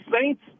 Saints